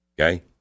okay